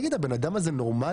תגיד, הבן אדם הזה נורמלי?